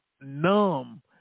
numb